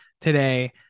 today